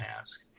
ask